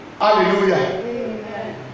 Hallelujah